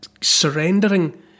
surrendering